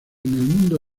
mundo